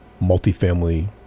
multifamily